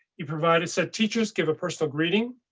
he provided said teachers give a personal greeting.